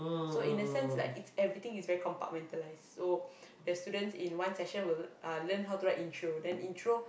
so in a sense like its everything is very compartmentalized so the students in one session will uh learn how to write intro then intro